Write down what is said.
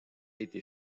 été